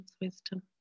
wisdom